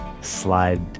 slide